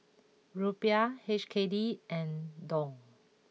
Rupiah H K D and Dong